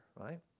right